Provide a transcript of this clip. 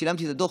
שילמתי את הדוח,